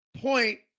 point